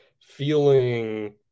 feeling